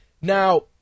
Now